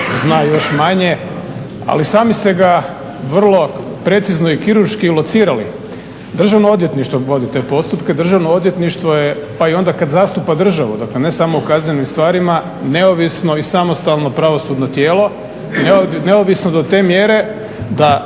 zna još manje. Ali sami ste ga vrlo precizno i kirurški locirali. Državno odvjetništvo vodi te postupke, državno odvjetništvo je pa i onda kada zastupa državu, dakle ne samo u kaznenim stvarima neovisno i samostalno pravosudno tijelo. Neovisno do te mjere da,